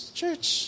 church